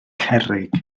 cerrig